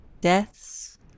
deaths